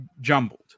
Jumbled